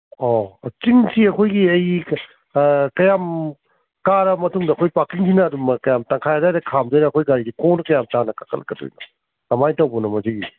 ꯑꯣ ꯆꯤꯡꯁꯤ ꯑꯩꯈꯣꯏꯒꯤ ꯑꯩ ꯀꯌꯥꯝ ꯀꯥꯔ ꯃꯇꯨꯡꯗ ꯑꯩꯈꯣꯏ ꯄꯥꯔꯛꯀꯤꯡꯁꯤꯅ ꯑꯗꯨꯝ ꯀꯌꯥꯝ ꯇꯪꯈꯥꯏ ꯑꯗ꯭ꯋꯥꯏꯗ ꯈꯥꯝꯗꯣꯏꯔ ꯑꯩꯈꯣꯏ ꯒꯥꯔꯤꯁꯦ ꯈꯣꯡꯅ ꯀꯌꯥꯝ ꯁꯥꯡꯅ ꯀꯥꯈꯠꯂꯛꯀꯗꯣꯏꯅꯣ ꯀꯃꯥꯏꯅ ꯇꯧꯕꯅꯣ ꯃꯁꯤꯒꯤꯁꯤ